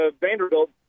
Vanderbilt